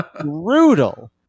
brutal